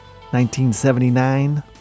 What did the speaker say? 1979